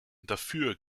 dafür